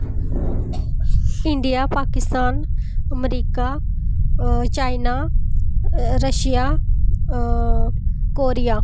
India Pakistan America China Russia Korea